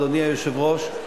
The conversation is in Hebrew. אדוני היושב-ראש,